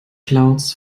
clouds